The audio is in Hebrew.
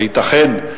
הייתכן,